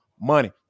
money